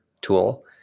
tool